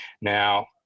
Now